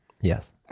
Yes